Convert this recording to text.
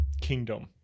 kingdom